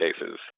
cases